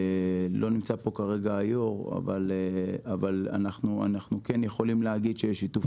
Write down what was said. לא נמצא פה כרגע היו"ר אבל אנחנו כן יכולים להגיד שיש שיתוף פעולה.